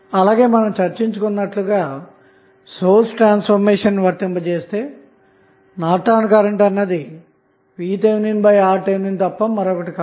అలాగే మనం చర్చించుకున్నట్టు గా సోర్స్ ట్రాన్స్ఫార్మేషన్ ను వర్తింపజేస్తే నార్టన్ కరెంటు VThRTh తప్ప మరేమీ కాదు